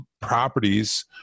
properties